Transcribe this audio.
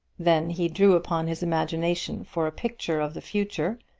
then he drew upon his imagination for a picture of the future,